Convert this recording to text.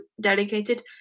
dedicated